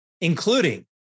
Including